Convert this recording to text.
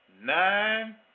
Nine